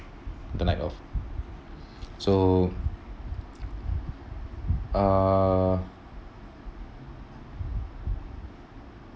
that night of so uh